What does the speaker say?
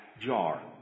jar